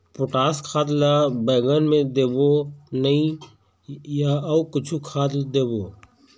Potash खाद ला बैंगन मे देबो नई या अऊ कुछू खाद देबो?